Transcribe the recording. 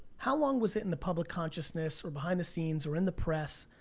how long was it in the public consciousness, or behind the scenes, or in the press,